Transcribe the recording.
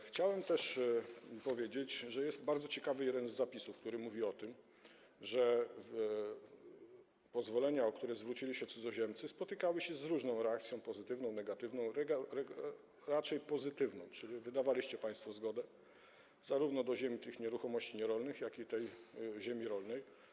Chciałbym też powiedzieć, że bardzo ciekawy jest jeden z zapisów, który mówi o tym, że pozwolenia, o które zwrócili się cudzoziemcy, spotykały się z różną reakcją, pozytywną, negatywną, ale raczej pozytywną, czyli wydawaliście państwo zgody zarówno w przypadku ziem, tych nieruchomości nierolnych, jak i ziemi rolnej.